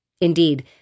Indeed